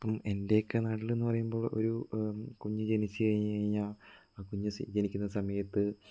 ഇപ്പോൾ എന്റെയൊക്കെ നാട്ടിലെന്നു പറയുമ്പോൾ ഒരു കുഞ്ഞ് ജനിച്ച് കഴിഞ്ഞു കഴിഞ്ഞാൽ ആ കുഞ്ഞ് സി ജനിക്കുന്ന സമയത്ത്